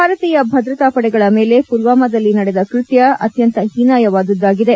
ಭಾರತೀಯ ಭದ್ರತಾಪಡೆಗಳ ಮೇಲೆ ಪುಲ್ವಾಮಾದಲ್ಲಿ ನಡೆದ ಕೃತ್ತ ಅತ್ಯಂತ ಹೀನಾಯವಾದುದ್ದಾಗಿದೆ